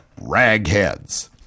ragheads